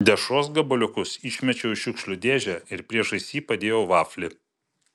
dešros gabaliukus išmečiau į šiukšlių dėžę ir priešais jį padėjau vaflį